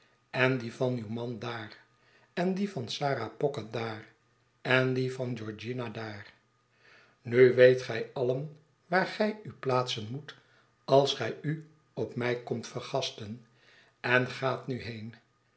en die van uw man daar en die van sarah pocket daar i en die van georgina daar nu weet gij alien waar gij u plaatsen moet als gij u op mij komt vergasten en gaat nu heen